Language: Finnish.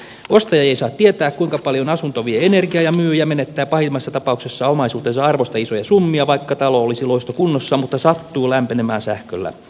ostaja ei saa tietää kuinka paljon asunto vie energiaa ja myyjä menettää pahimmassa tapauksessa omaisuutensa arvosta isoja summia vaikka talo olisi loistokunnossa mutta sattuu lämpenemään sähköllä